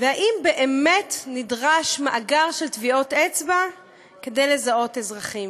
ואם באמת נדרש מאגר של טביעות אצבע כדי לזהות אזרחים.